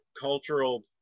cultural